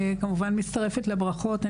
כמובן, אני מצטרפת לברכות.